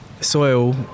soil